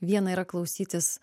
viena yra klausytis